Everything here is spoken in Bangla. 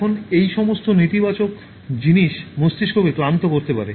এখন এই সমস্ত নেতিবাচক জিনিস মস্তিষ্ককে ক্লান্ত করতে পারে